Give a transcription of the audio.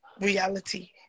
reality